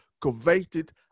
coveted